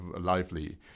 lively